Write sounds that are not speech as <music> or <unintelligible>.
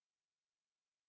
<unintelligible> ma ne